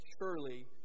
surely